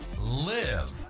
live